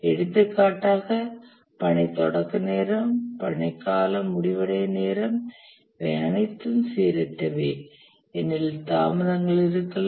எடுத்துக்காட்டாக பணி தொடக்க நேரம் பணி காலம் முடிவடையும் நேரம் இவை அனைத்தும் சீரற்றவை ஏனெனில் தாமதங்கள் இருக்கலாம்